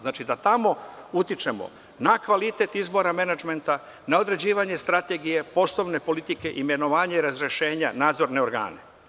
Znači, da tamo utičemo na kvalitet izbora menadžmenta, na određivanje strategije, poslovne politike, imenovanja i razrešenja, nadzorne organe.